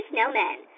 Snowmen